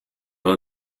alla